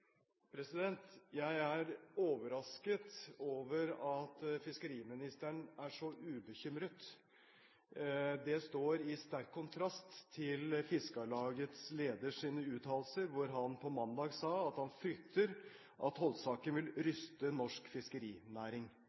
er overrasket over at fiskeriministeren er så ubekymret. Det står i sterk kontrast til Fiskarlagets leder sin uttalelse på mandag, hvor han sa at han frykter at tollsaken vil ryste norsk fiskerinæring.